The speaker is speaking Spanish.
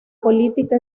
política